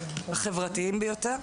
החברתיים ביותר,